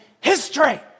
history